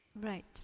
Right